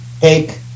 take